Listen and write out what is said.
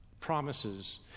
promises